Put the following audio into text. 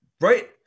right